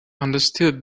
understood